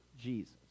Jesus